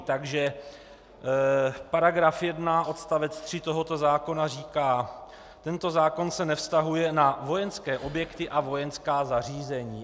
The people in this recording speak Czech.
Takže § 1 odst. 3 tohoto zákona říká: Tento zákon se nevztahuje na vojenské objekty a vojenská zařízení.